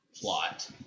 plot